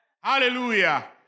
Hallelujah